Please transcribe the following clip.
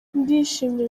ndishimye